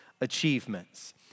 achievements